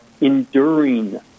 enduring